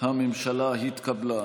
הממשלה התקבלה.